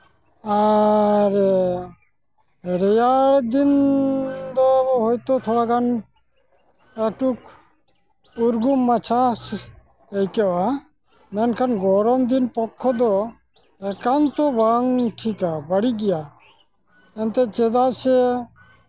ᱟᱨᱻ ᱨᱮᱭᱟᱲ ᱫᱤᱱ ᱫᱚ ᱦᱚᱭᱛᱳ ᱛᱷᱚᱲᱟᱜᱟᱱ ᱮᱠᱴᱩ ᱩᱨᱜᱩᱢ ᱢᱟᱪᱷᱟ ᱟᱹᱭᱠᱟᱹᱜᱼᱟ ᱢᱮᱱᱠᱷᱟᱱ ᱜᱚᱨᱚᱢ ᱫᱤᱱ ᱯᱚᱠᱠᱷᱚ ᱫᱚ ᱮᱠᱟᱱᱛᱚ ᱵᱟᱝ ᱴᱷᱤᱠᱼᱟ ᱵᱟᱹᱲᱤᱡ ᱜᱮᱭᱟ ᱮᱱᱛᱮᱫ ᱪᱮᱫᱟᱜ ᱥᱮ